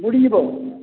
ଉଡ଼ି ଯିବ